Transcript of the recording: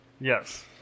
Yes